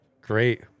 Great